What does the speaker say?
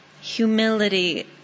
humility